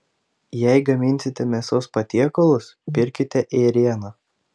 jei gaminsite mėsos patiekalus pirkite ėrieną